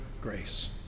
grace